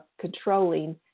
controlling